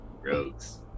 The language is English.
Rogues